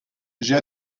j’ai